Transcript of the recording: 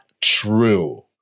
true